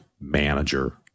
manager